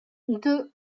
deux